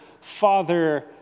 Father